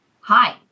Hi